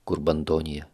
kur bandonija